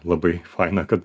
labai faina kad